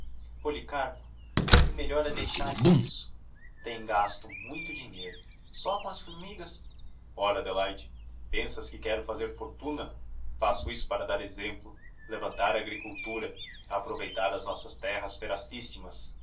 policarpo o melhor é deixares isso tens gasto muito dinheiro só com as formigas ora adelaide pensas que quero fazer fortuna faço isso para dar exemplo levantar a agricultura aproveitar as nossas terras